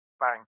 bang